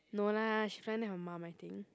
no lah she flying there her mum I think